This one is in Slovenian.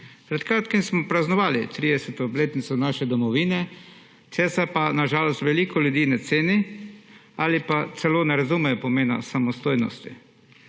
Pred kratkim smo praznovali 30. obletnico naše domovine, česar pa na žalost veliko ljudi ne ceni ali pa celo ne razume pomena samostojnosti.